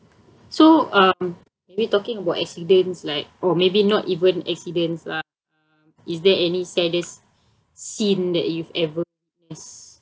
so um are we talking about accidents like or maybe not even accidents lah is there any saddest scene that you've ever